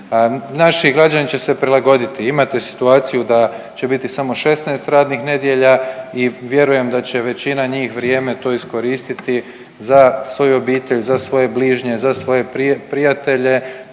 Naši građani će se prilagoditi. Imate situaciju da će biti samo 16 radnih nedjelja i vjerujem da će većina njih vrijeme to iskoristiti za svoju obitelj, za svoje bližnje, za svoje prijatelje